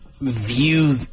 view